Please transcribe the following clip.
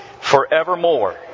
forevermore